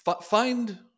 find